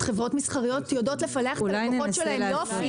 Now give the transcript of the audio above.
חברות מסחריות יודעות לפלח את הלקוחות שלהם יופי.